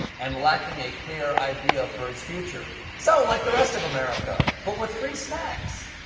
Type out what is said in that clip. and lacking a clear idea for its future. so, like the rest of america, but with free snacks.